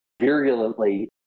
virulently